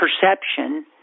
perception